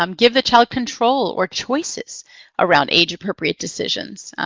um give the child control or choices around age appropriate decisions.